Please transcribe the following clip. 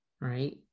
right